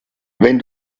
wenn